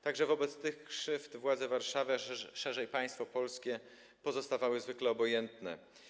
Także wobec tych krzywd władze Warszawy, a szerzej państwo polskie, pozostawały zwykle obojętne.